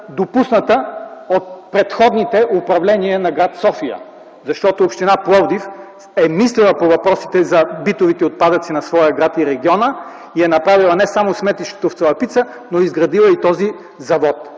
допусната от предходните управления на град София, защото община Пловдив е мислила по въпросите за битовите отпадъци на своя град и региона – направила е не само сметището в Цалапица, но е изградила и този завод.